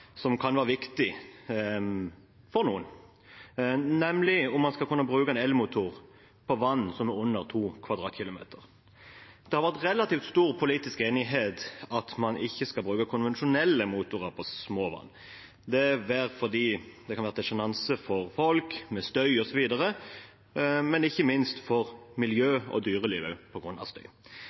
som kan være viktig for noen, nemlig om man skal kunne bruke elmotor på vann som er under 2 km 2 . Det har vært relativt stor politisk enighet om at man ikke skal bruke konvensjonelle motorer på små vann, og det er fordi det kan være til sjenanse for folk med støy osv., men ikke minst for miljøet, dyrelivet osv. på grunn av støy.